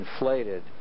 inflated